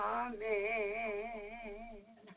amen